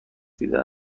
دیده